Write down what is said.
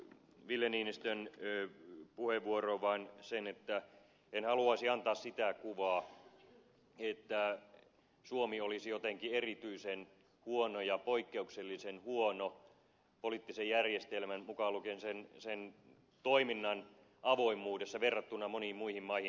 ville niinistön puheenvuorosta vain se että en haluaisi antaa sitä kuvaa että suomi olisi jotenkin erityisen huono ja poikkeuksellisen huono poliittisen järjestelmän ja sen toiminnan avoimuudessa verrattuna moniin muihin maihin